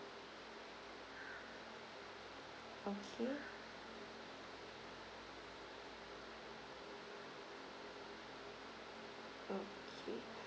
okay okay